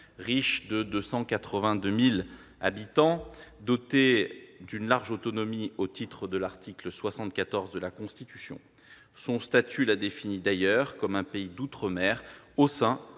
forte de 282 000 habitants, dotée d'une large autonomie au titre de l'article 74 de la Constitution. Son statut la définit d'ailleurs comme « un pays d'outre-mer au sein